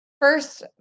first